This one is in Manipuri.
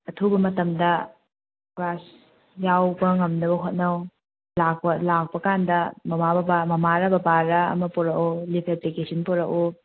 ꯑꯊꯨꯕ ꯃꯇꯝꯗ ꯀ꯭ꯂꯥꯁ ꯌꯥꯎꯕ ꯉꯝꯅꯕ ꯍꯣꯠꯅꯧ ꯂꯥꯛꯄ ꯂꯥꯛꯄ ꯀꯥꯟꯗ ꯃꯃꯥꯔ ꯕꯕꯥꯔ ꯑꯃ ꯄꯣꯔꯛꯎ ꯂꯤꯞ ꯑꯦꯄ꯭ꯂꯤꯀꯦꯁꯟ ꯄꯣꯔꯛꯎ